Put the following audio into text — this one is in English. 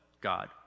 God